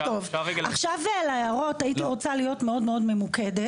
אני אמרתי נראה לי יותר אם כבר לבוא לוועדה.